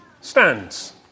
stands